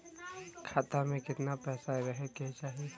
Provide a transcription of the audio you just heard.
खाता में कितना पैसा रहे के चाही?